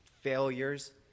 failures